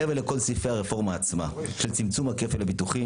מעבר לכל סעיפי הרפורמה עצמה של צמצום הכפל הביטוחי,